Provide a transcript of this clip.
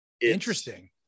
interesting